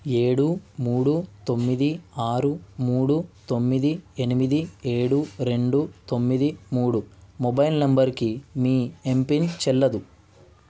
ఏడు మూడు తొమ్మిది ఆరు మూడు తొమ్మిది ఎనిమిది ఏడు రెండు తొమ్మిది మూడు మొబైల్ నంబరుకి మీ ఎమ్పిన్ చెల్లదు